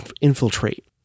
infiltrate